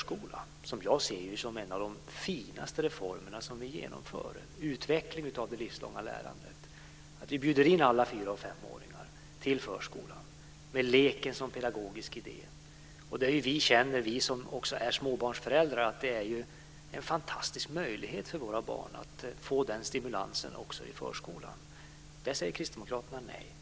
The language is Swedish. Den allmänna förskolan är en av de finaste reformer som vi genomför när det gäller utvecklingen av det livslånga lärandet. Vi bjuder in alla fyra och femåringar till förskolan med leken som pedagogisk idé. Vi som är småbarnsföräldrar tycker att det är en fantastisk möjlighet för våra barn att få den stimulansen också i förskolan. Det säger Kristdemokraterna nej till.